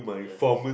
ya